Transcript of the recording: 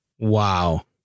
Wow